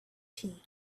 tea